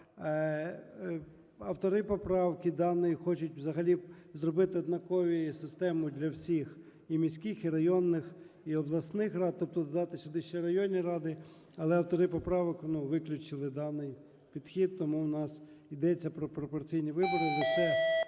Автори поправки даної хочуть взагалі зробити однакову систему для всіх: і міських і районних, і обласних рад, - тобто додати сюди ще районні ради. Але автори поправок, ну, виключили даний підхід, тому у нас ідеться про пропорційні вибори